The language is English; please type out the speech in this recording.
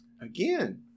Again